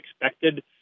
expected